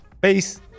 Peace